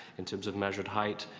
in terms of measured height,